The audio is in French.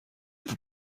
peux